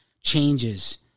changes